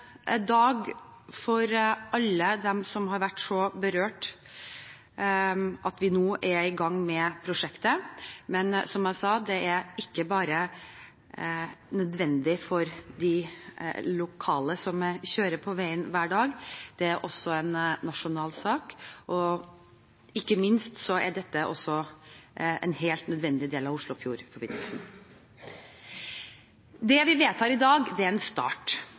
dag for alle dem som har vært så berørt, at vi nå er i gang med prosjektet, men, som jeg sa, det er ikke bare nødvendig for de lokale, som kjører på veien hver dag. Det er også en nasjonal sak. Ikke minst er dette også en helt nødvendig del av Oslofjordforbindelsen. Det vi vedtar i dag, er en start,